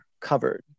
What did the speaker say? covered